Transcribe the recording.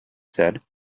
said